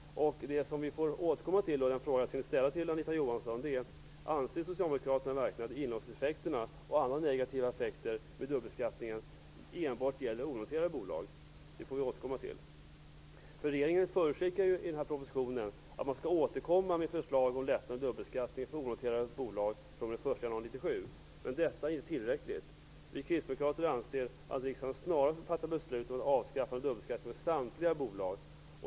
Den fråga som vi får återkomma till och som jag ville ställa till Anita Johansson är: Anser socialdemokraterna verkligen att inlåsningseffekterna och andra negativa effekter med dubbelbeskattningen enbart gäller onoterade bolag? Det får vi återkomma till. Regeringen förutskickar i propositionen att man skall återkomma med förslag om lättnader av dubbelbeskattningen för onoterade bolag i januari 1997. Men detta är inte tillräckligt. Vi kristdemokrater anser att riksdagen snarast bör fatta beslut om avskaffande av dubbelbeskattningen för samtliga bolag.